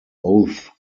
oath